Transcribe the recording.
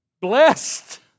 Blessed